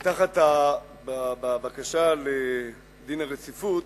בבקשה להחיל דין רציפות,